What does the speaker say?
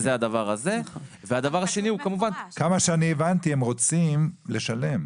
ככל שאני הבנתי, הם רוצים לשלם,